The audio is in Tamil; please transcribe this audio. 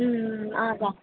ம் ம் ஆ அதுதான்